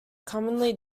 commonly